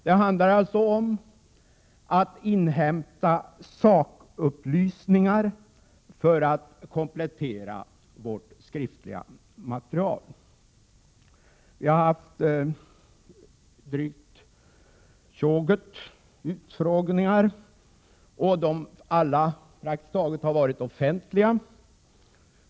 Det handlar om att inhämta sakupplysningar för att komplettera vårt skriftliga material. Vi har haft dryga tjoget utfrågningar, och praktiskt taget alla har varit offentliga.